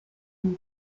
mon